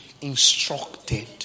instructed